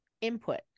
input